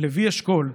לוי אשכול,